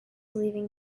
leaving